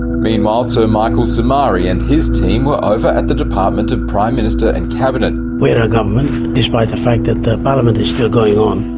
meanwhile sir michael somare and his team were over at the department of prime minister and cabinet. we're now government, despite the fact that the parliament is still going on.